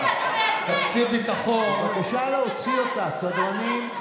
את מי אתה מייצג, בבקשה להוציא אותה, סדרנים.